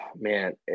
Man